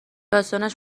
داستانش